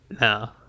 No